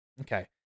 Okay